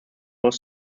was